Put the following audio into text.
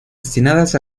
destinadas